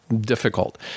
difficult